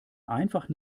einfach